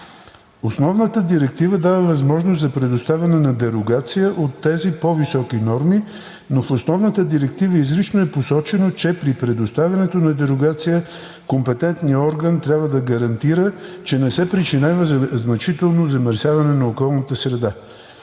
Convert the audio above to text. Основната директива дава възможност за предоставяне на дерогация от тези по-високи норми, но в основната директива изрично е посочено, че при предоставянето на дерогация компетентният орган трябва да гарантира, че не се причинява значително замърсяване на околната среда.